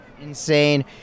Insane